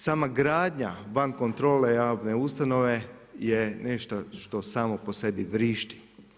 Sama gradnja van kontrole javne ustanove je nešto što samo po sebi vrišti.